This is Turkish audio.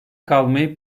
kalmayı